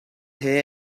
here